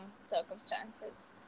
circumstances